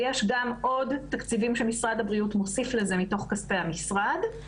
ויש גם עוד תקציבים שמשרד הבריאות מוסיף לזה מתוך כספי המשרד.